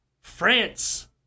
France